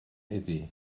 iddi